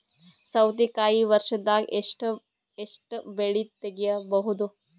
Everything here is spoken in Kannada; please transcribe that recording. ಸೌತಿಕಾಯಿ ವರ್ಷದಾಗ್ ಎಷ್ಟ್ ಬೆಳೆ ತೆಗೆಯಬಹುದು?